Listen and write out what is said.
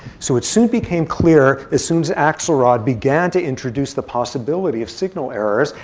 so it soon became clear, as soon as axelrod began to introduce the possibility of signal errors,